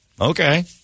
Okay